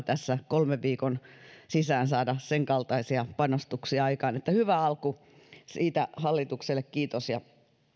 tässä kolmen viikon sisään saada aikaan senkaltaisia panostuksia että hyvä alku ja siitä hallitukselle kiitos ja